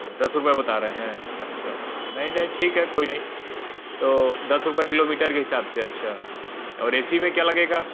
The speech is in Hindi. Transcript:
अच्छा दस रुपया बता रहे हैं अच्छा अच्छा नहीं नहीं ठीक है कोई नहीं तो दस रुपये किलोमीटर के हिसाब से अच्छा और ए सी में क्या लगेगा